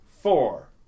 Four